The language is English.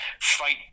fight